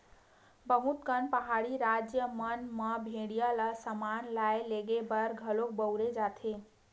बहुत कन पहाड़ी राज मन म भेड़िया ल समान लाने लेगे बर घलो बउरे जाथे